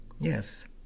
yes